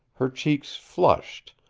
her cheeks flushed,